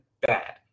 bad